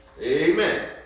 Amen